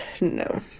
No